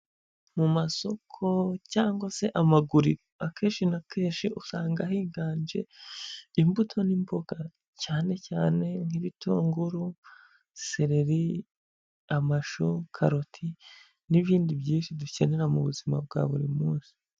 Mu masoko cyangwa se amaguriro, akenshi na kenshi usanga higanje imbuto n'imboga cyane cyane nk'ibitunguru, sereri, amashu, karoti n'ibindi byinshi dukenera mu buzima bwa buri munsi.